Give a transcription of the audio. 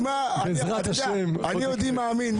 שמע, אני יהודי מאמין.